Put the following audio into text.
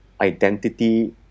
identity